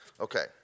Okay